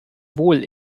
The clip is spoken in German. wohl